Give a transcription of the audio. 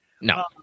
no